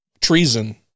treason